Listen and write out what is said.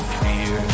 fear